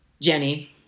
Jenny